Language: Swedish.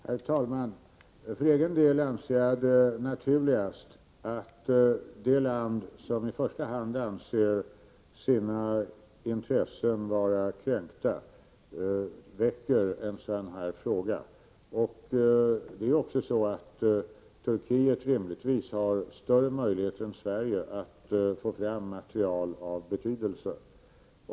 Herr talman! För egen del anser jag det naturligast att i första hand det land som anser sina intressen vara kränkta väcker en sådan här fråga. Turkiet har rimligtvis större möjligheter än Sverige att få fram material av betydelse.